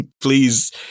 please